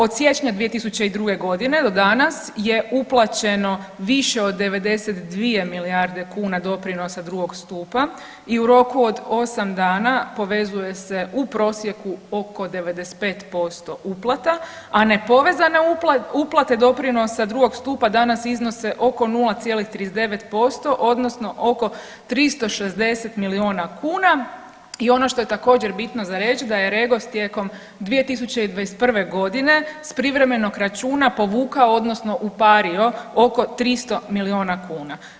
Od siječnja 2002. g. do danas je uplaćeno više od 92 milijarde kuna doprinosa drugog stupa i u roku od 8 dana povezuje se u prosjeku oko 95% uplata, a nepovezane uplate doprinosa drugog stupa danas iznose oko 0,39% odnosno oko 360 milijuna kuna i ono što je također, bitno za reći, da je REGOS tijekom 2021. g. s privremenog računa povukao odnosno upario oko 300 milijuna kuna.